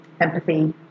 empathy